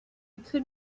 could